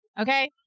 okay